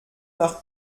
nach